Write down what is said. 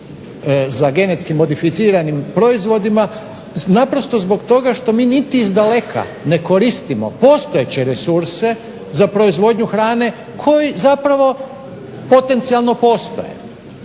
za genetski modificiranim proizvodima naprosto zbog toga što mi niti izdaleka ne koristimo postojeće resurse za proizvodnju hrane koji zapravo potencijalno postoje.